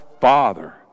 Father